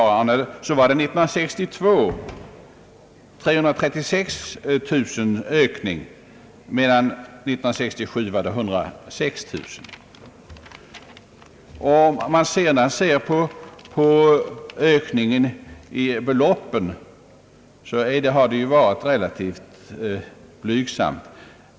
År 1962 var ökningen 336 000, år 1967 var den 106 000. ökningen i beloppen har varit relativt blygsam.